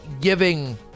giving